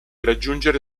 raggiungere